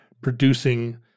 producing